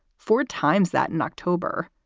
four times that in october.